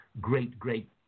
great-great